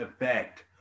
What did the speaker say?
effect